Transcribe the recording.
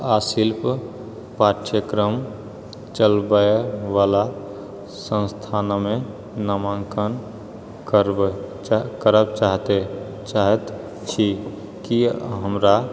आ शिल्प पाठ्यक्रम चलबएवला संस्थानमे नामाङ्कन करबय चाहैत छी की हमरा